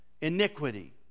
iniquity